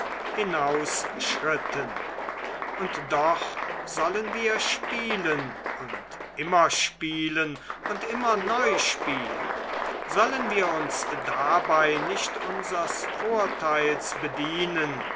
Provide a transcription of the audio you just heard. hinausschritten und doch sollen wir spielen und immer spielen und immer neu spielen sollen wir uns dabei nicht unsers vorteils bedienen